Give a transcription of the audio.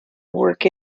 work